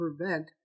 prevent